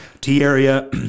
T-area